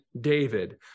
David